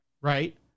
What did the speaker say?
Right